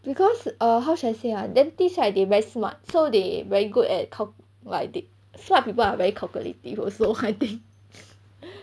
because err how should I say ah dentist like they very smart so they very good at calc~ like they smart people are very calculative also I think